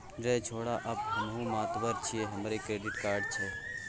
रे छौड़ा आब हमहुँ मातबर छियै हमरो क्रेडिट कार्ड छै